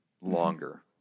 longer